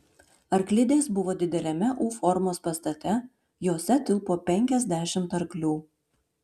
arklidės buvo dideliame u formos pastate jose tilpo penkiasdešimt arklių